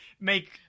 make